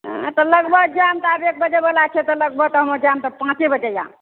हँ तऽ लगभग जायब आब एक बजे वला छै तऽ लगभग अब जायब तऽ पाँचे बजे जाएत